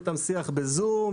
ניהלנו איתם שיח בזום.